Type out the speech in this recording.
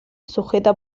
sujeta